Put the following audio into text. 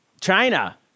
China